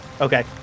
Okay